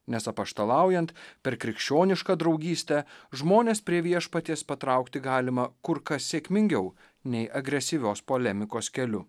nes apaštalaujant per krikščionišką draugystę žmones prie viešpaties patraukti galima kur kas sėkmingiau nei agresyvios polemikos keliu